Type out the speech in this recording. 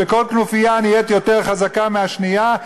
וכל כנופיה נהיית יותר חזקה מהשנייה,